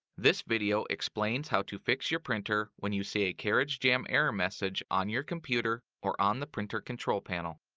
this video explains how to fix your printer when you see a carriage jam error message on your computer or on the printer control panel.